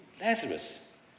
Lazarus